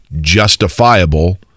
justifiable